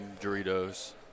Doritos